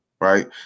right